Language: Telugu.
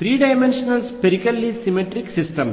three dimensional spherically symmetric systems